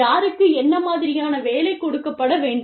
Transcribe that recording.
யாருக்கு என்ன மாதிரியான வேலை கொடுக்கப்பட வேண்டும்